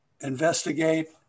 investigate